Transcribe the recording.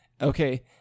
Okay